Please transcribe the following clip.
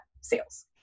sales